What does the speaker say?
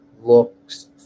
looks